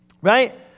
right